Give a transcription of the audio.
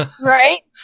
Right